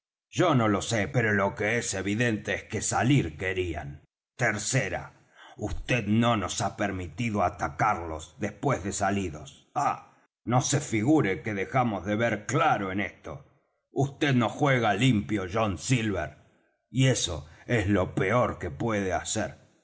yo no lo sé pero lo que es evidente es que salir querían tercera vd no nos ha permitido atacarlos después de salidos ah no se figure que dejamos de ver claro en esto vd no juega limpio john silver y eso es lo peor que puede hacer